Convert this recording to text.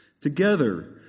Together